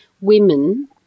women